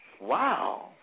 Wow